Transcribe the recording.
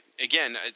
again